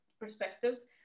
perspectives